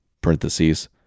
Parentheses